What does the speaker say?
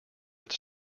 its